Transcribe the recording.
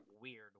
weird